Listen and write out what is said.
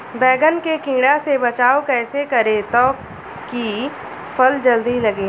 बैंगन के कीड़ा से बचाव कैसे करे ता की फल जल्दी लगे?